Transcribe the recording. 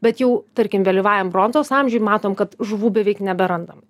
bet jau tarkim vėlyvajam bronzos amžiuj matom kad žuvų beveik neberandam